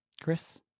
Chris